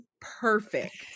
perfect